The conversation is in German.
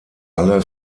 alle